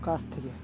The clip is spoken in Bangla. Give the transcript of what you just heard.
কাছ থেকে